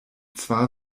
zwar